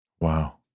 Wow